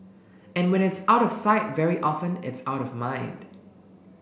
and when it's out of sight very often it's out of mind